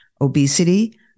obesity